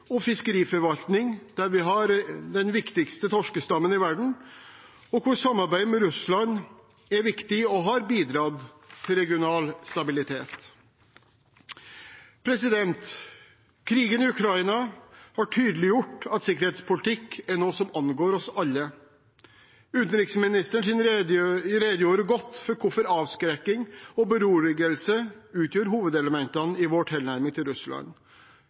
og fiskeriforvaltning, der vi har den viktigste torskestammen i verden, og hvor samarbeidet med Russland er viktig og har bidratt til regional stabilitet. Krigen i Ukraina har tydeliggjort at sikkerhetspolitikk er noe som angår oss alle. Utenriksministeren redegjorde godt for hvorfor avskrekking og beroligelse utgjør hovedelementene i vår tilnærming til Russland,